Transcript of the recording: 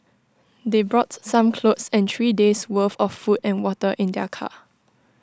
they brought some clothes and three days' worth of food and water in their car